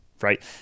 right